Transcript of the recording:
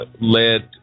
led